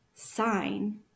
sign